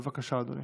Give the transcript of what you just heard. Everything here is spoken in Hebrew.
בבקשה, אדוני.